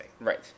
Right